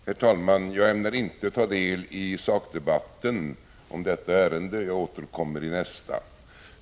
Herr talman! Jag ämnar inte ta del i sakdebatten om detta ärende; jag återkommer i nästa.